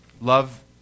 Love